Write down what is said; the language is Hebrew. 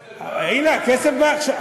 הנה, הכסף בא עכשיו.